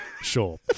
Sure